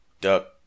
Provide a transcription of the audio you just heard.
duck